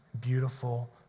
beautiful